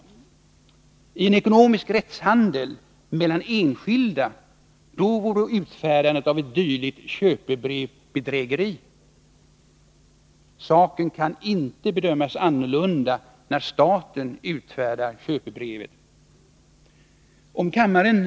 I en ekonomisk rättshandel mellan enskilda vore utfärdandet av ett dylikt köpebrev bedrägeri. Saken kan inte bedömas annorlunda när staten utfärdar köpebrevet. Herr talman!